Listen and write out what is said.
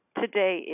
today